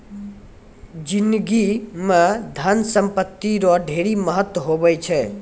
जिनगी म धन संपत्ति रो ढेरी महत्व हुवै छै